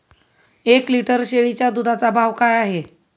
एक लिटर शेळीच्या दुधाचा भाव काय आहे?